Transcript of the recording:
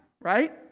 right